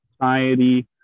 society